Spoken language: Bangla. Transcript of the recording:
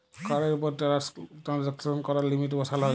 কাড়ের উপর টেরাল্সাকশন ক্যরার লিমিট বসাল যায়